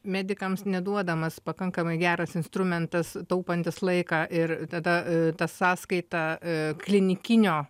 medikams neduodamas pakankamai geras instrumentas taupantis laiką ir tada ta sąskaita klinikinio